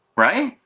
right?